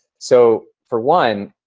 so for one,